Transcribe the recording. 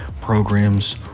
programs